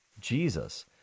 Jesus